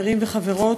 חברים וחברות,